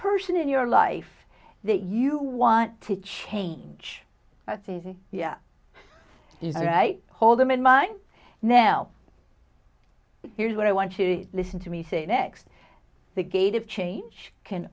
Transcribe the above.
person in your life that you want to change that's easy is right hold them in mind now here's what i want you to listen to me say next the gate of change can